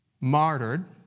martyred